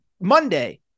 Monday